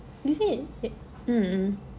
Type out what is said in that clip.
is it mmhmm